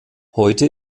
heute